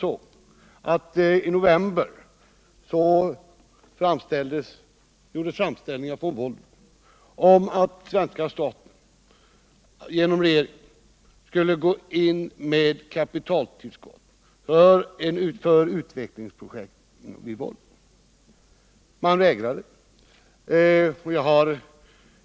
I november 1977 gjordes framställningar från Volvo om att svenska staten skulle gå in med ett kapitaltillskott för utvecklingsprojekt. Regeringen vägrade.